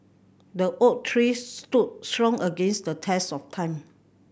the oak tree stood strong against the test of time